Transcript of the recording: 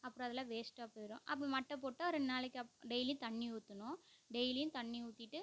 அப்புறோம் அது எல்லாம் வேஸ்ட்டாக போயிரும் அப்போ மட்டை போட்டு ரெண்டு நாளைக்கு அப் டெய்லி தண்ணி ஊற்றணும் டெய்லியும் தண்ணி ஊற்றிட்டு